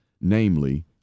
namely